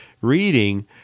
reading